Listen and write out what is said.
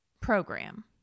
program